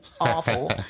awful